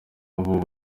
ubu